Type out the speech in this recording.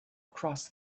crossed